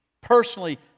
personally